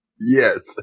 Yes